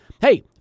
hey